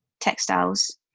textiles